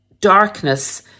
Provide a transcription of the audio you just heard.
darkness